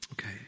Okay